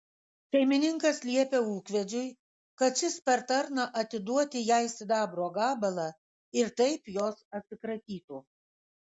šeimininkas liepia ūkvedžiui kad šis per tarną atiduoti jai sidabro gabalą ir taip jos atsikratytų